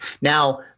Now